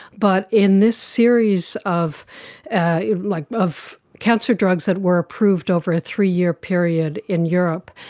but in this series of like of cancer drugs that were approved over a three-year period in europe,